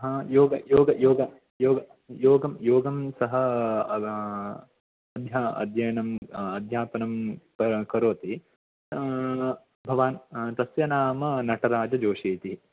हा योग योग योग योग योगं योगं सः अध्या अध्ययनं अध्यापनं करो करोति भवान् तस्य नाम नटराज जोषि इति